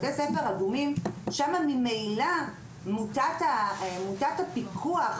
שם מוטת הפיקוח,